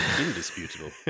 Indisputable